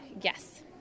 Yes